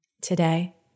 Today